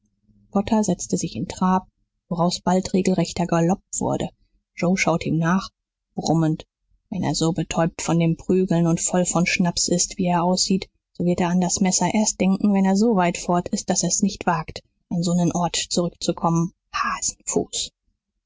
potter setzte sich in trab woraus bald regelrechter galopp wurde joe schaute ihm nach brummend wenn er so betäubt von dem prügeln und voll von schnaps ist wie er aussieht so wird er an das messer erst denken wenn er so weit fort ist daß er's nicht wagt an so nen ort zurückzukommen